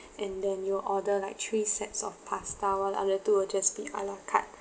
and then you order like three sets of pasta while other two will just be a la carte